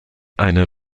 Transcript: eine